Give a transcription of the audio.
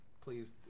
Please